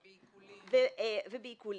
ובעיקולים,